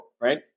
right